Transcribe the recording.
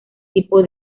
tipo